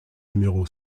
numéro